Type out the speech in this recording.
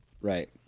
right